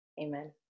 amen